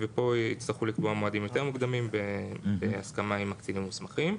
פה יצטרכו לקבוע מועדים יותר מוקדמים בהסכמה עם הקצינים המוסמכים.